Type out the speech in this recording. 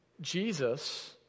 Jesus